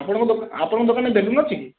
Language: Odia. ଆପଣଙ୍କ ଆପଣଙ୍କ ଦୋକାନ ଦୋକାନରେ ବେଲୁନ ଅଛି କି